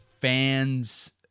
fans